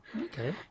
Okay